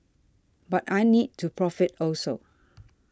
but I need to profit also